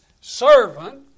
servant